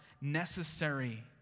necessary